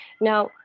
Now